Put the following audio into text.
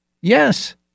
Yes